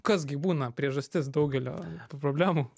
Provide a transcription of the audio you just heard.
kas gi būna priežastis daugelio problemų